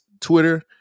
Twitter